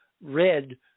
red